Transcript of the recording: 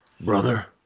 Brother